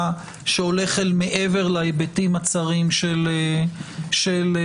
שהולך אל מעבר להיבטים הצרים של הבחירות?